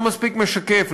לא מספיק משקף,